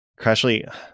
Crashly